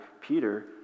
Peter